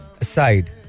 aside